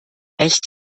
echt